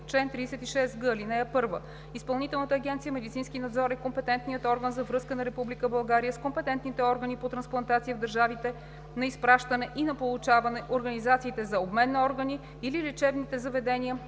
Чл. 36г. (1) Изпълнителна агенция „Медицински надзор“ е компетентният орган за връзка на Република България с компетентните органи по трансплантация в държавите на изпращане и на получаване, организациите за обмен на органи или лечебните заведения,